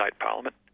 Parliament